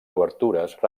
obertures